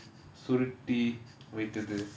சுருட்டி வைத்தது:suritti vaithathu